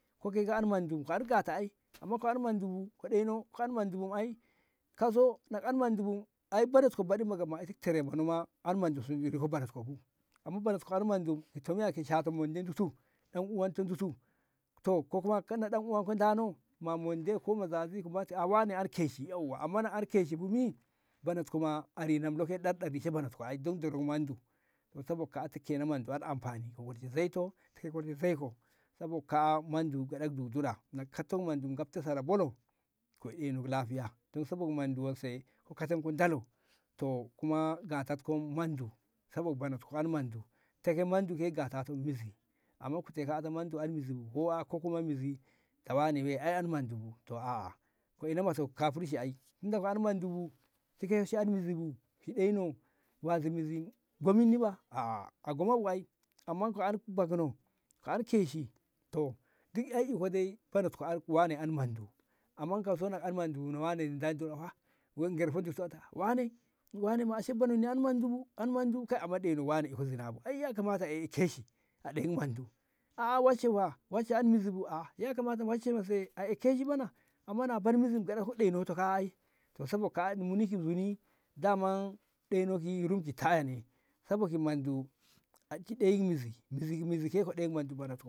ko ke andi mondu karukata ai amma ko anmandu bu ke ɗeno ko an mondubu ke ai kauso nako an mondu bu ai bontko amma banasko an mondu to miya koshata monde ki sur 'yan uwanto ki sur to ko kuma kai na dan uwanko dano ma monde ko mazabi komati ai an keshi yawwa amma na'an keshi bumi bonotko ma a rinamlo? ke mondu andi amfani ta kolshe zaito ko kolshe zaiko saboka'a mandu kaɗat jujura nako kattan mondu gafto sara bolo ku eh ɗono lafiya dan sabab mondu wanse ko kaza ndalo to kuma gatatkoi mondu sabab banatko han mandu take monduke gatato mizi amma kute ka'a ta mondu an mizii ko'a ko kuma mizi kawani'e ai an mondubu to aa ko ina moto kafurci tinda ko andi mondubu shike shi andi mizibu shiɗeno wara mizi gomminba aa a gomabu ai amma ko an bobno ko an keshi to ki'e iko dai banatko ai ki wane an mondu amma kauso ko an mondubu nawane geltona gerfo dik soto wane, wanema ashe bonomni an mondubu amma ɗeno wane iko zina ai yakamata eh keshi a ɗayi ki mondu aa wanse fa wanse an mizibu yakamata wanse- wanse a eh keshu bana amma na mizinto ɗenoto ka'a ai saboka'a muni ki guni daman ɗeno ki kayane saboki mandu a deyi kizi mizi ke adeyi mondu banotko